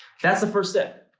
that's the first step.